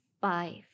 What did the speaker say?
five